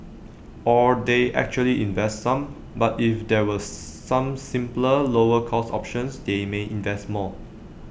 or they actually invest some but if there were some simpler lower cost options they may invest more